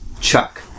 Chuck